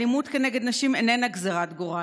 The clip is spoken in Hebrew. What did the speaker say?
האלימות כנגד נשים איננה גזרת גורל,